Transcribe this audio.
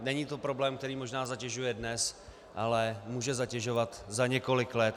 Není to problém, který možná zatěžuje dnes, ale může zatěžovat za několik let.